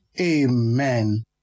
Amen